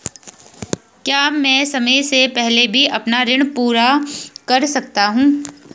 क्या मैं समय से पहले भी अपना ऋण पूरा कर सकता हूँ?